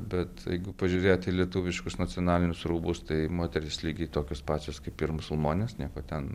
bet jeigu pažiūrėt į lietuviškus nacionalinius rūbus tai moterys lygiai tokios pačios kaip ir musulmonės nieko ten